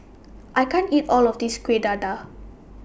I can't eat All of This Kuih Dadar